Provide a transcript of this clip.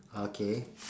okay